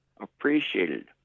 appreciated